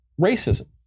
racism